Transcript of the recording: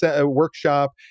workshop